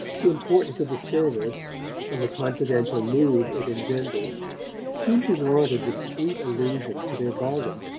the importance of the service and the confidential mood it engendered seemed to warrant a discreet allusion to their bargain.